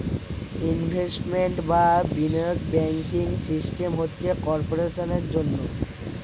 investment বা বিনিয়োগ banking system হচ্ছে কর্পোরেশনের জন্যে